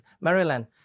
Maryland